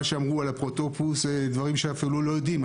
מה שאמרו על אפוטרופוס זה דברים שאנו אפילו לא יודעים.